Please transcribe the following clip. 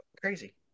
crazy